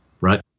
right